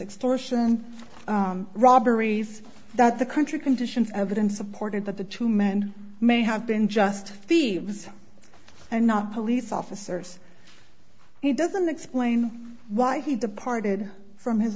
extortion robberies that the country conditions evidence supported that the two men may have been just fevers and not police officers he doesn't explain why he departed from his